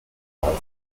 while